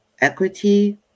equity